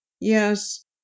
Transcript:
Yes